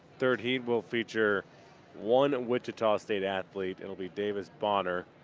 third heat will feature one wichita state at hlete, it will be davis bahner,